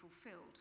fulfilled